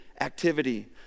activity